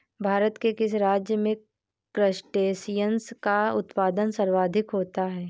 भारत के किस राज्य में क्रस्टेशियंस का उत्पादन सर्वाधिक होता है?